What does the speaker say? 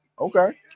Okay